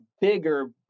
bigger